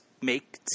make